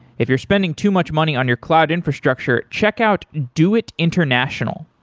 if you're spending too much money on your cloud infrastructure, check out doit international.